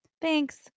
Thanks